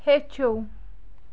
ہیٚچھِو